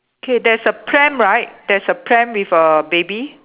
okay there's a pram right there's a pram with a baby